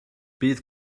bydd